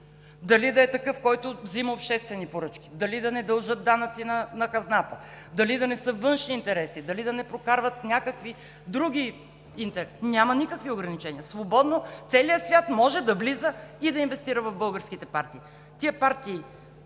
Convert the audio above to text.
дали да е такъв, който взима обществени поръчки, дали да не дължат данъци на хазната, дали да не са външни интереси, дали да не прокарват някакви други интереси – няма никакви ограничения. Целият свят свободно може да влиза и да инвестира в българските партии. Тези партии